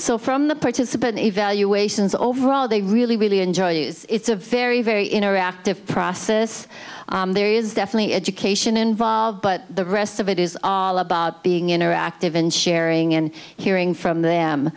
so from the participant evaluations overall they really really enjoy it's a very very interactive process there is definitely education involved but the rest of it is all about being interactive and sharing and hearing from them